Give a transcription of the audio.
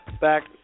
back